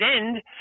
end